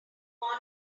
all